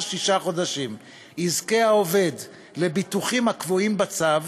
שישה חודשים יזכה העובד לביטוחים הקבועים בצו,